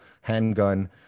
handgun